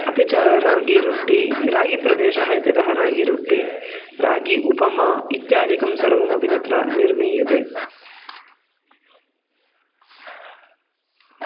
अपि च रागीरोट्टि रागीप्रदेशः इत्यतः रागीरोट्टि रागी उपमा इत्यादिकं सर्वमपि तत्र निर्मीयते